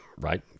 right